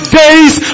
days